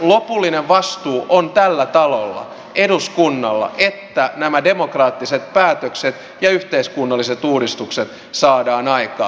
lopullinen vastuu on tällä talolla eduskunnalla että nämä demokraattiset päätökset ja yhteiskunnalliset uudistukset saadaan aikaan